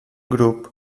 grup